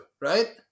right